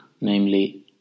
namely